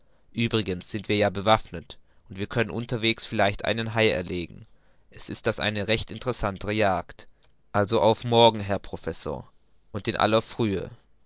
uebrigens sind wir ja bewaffnet und wir können unterwegs vielleicht einen hai erlegen es ist das eine recht interessante jagd also auf morgen herr professor und in aller frühe